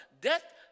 Death